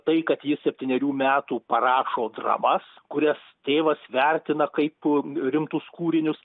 tai kad jis septynerių metų parašo dramas kurias tėvas vertina kaip rimtus kūrinius